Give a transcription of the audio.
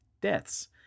deaths